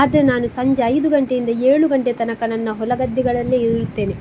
ಆದರೆ ನಾನು ಸಂಜೆ ಐದು ಗಂಟೆಯಿಂದ ಏಳು ಗಂಟೆ ತನಕ ನನ್ನ ಹೊಲ ಗದ್ದೆಗಳಲ್ಲೆ ಇರುತ್ತೇನೆ